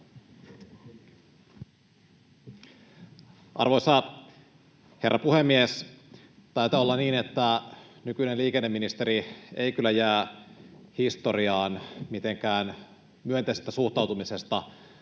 Arvoisa herra puhemies! Taitaa olla niin, että nykyinen liikenneministeri ei kyllä jää historiaan mitenkään myönteisestä suhtautumisesta